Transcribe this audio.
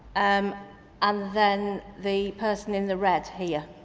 um and then the person in the red here.